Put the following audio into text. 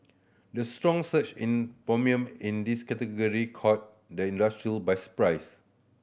the strong surge in premium in this category caught the industry by surprise